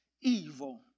evil